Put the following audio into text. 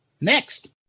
Next